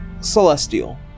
Celestial